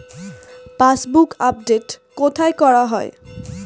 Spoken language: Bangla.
পাসবুক আপডেট কোথায় করা হয়?